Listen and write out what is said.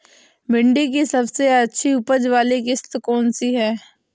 भिंडी की सबसे अच्छी उपज वाली किश्त कौन सी है?